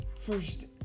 first